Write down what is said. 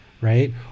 right